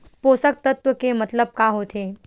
पोषक तत्व के मतलब का होथे?